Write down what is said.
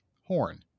Horn